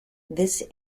this